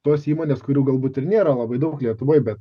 tos įmonės kurių galbūt ir nėra labai daug lietuvoj bet